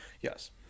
Yes